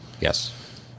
yes